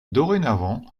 dorénavant